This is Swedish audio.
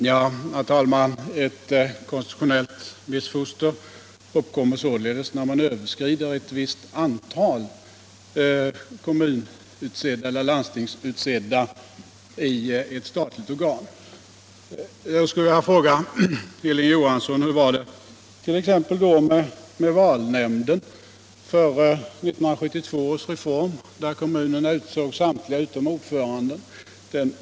Herr talman! Ett konstitutionellt missfoster uppkommer således när man överskrider ett visst antal kommunutsedda eller landstingsutsedda i ett statligt organ. Jag skulle vilja fråga Hilding Johansson: Hur var det t.ex. med valnämnden före 1972 års reform, där kommunerna utsåg samtliga utom ordföranden?